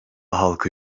halkı